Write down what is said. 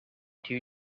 two